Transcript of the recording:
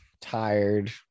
tired